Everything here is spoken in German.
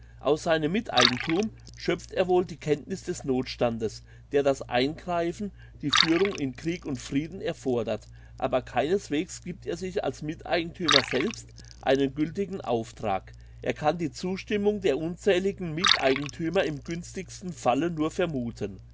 aus seinem miteigenthum schöpft er wohl die kenntnis des nothstandes der das eingreifen die führung in krieg und frieden erfordert aber keineswegs gibt er sich als miteigenthümer selbst einen giltigen auftrag er kann die zustimmung der unzähligen miteigenthümer im günstigsten falle nur vermuthen